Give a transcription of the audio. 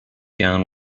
down